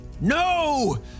No